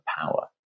power